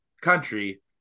country